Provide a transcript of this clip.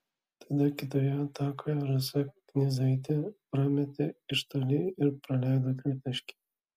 tada kitoje atakoje rasa knyzaitė prametė iš toli ir praleido tritaškį